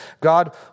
God